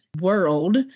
world